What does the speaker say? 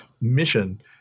mission